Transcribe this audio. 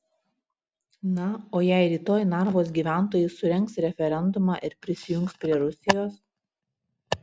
na o jei rytoj narvos gyventojai surengs referendumą ir prisijungs prie rusijos